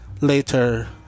later